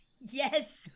yes